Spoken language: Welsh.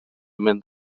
mynd